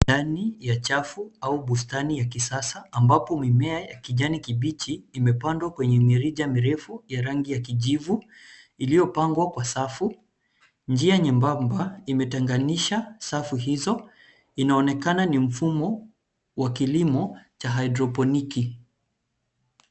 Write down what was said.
Ndani ya chafu au bustani ya kisasa ambapo mimea ya kijani kibichi imepandwa kwenye mirija mirefu ya rangi ya kijivu iliyopangwa kwa safu. Njia nyembamba imetenganisha safu hizo. Inaonekana ni mfumo wa kilimo cha haidroponiki.